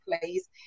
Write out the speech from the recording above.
place